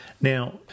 Now